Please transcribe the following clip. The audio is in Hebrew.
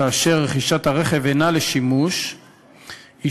כאשר רכישת הרכב אינה לשימוש אישי,